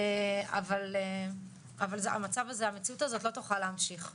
אבל המציאות הזאת לא תוכל להמשיך.